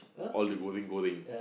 all they go in go in